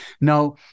Now